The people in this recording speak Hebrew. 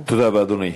תודה רבה, אדוני.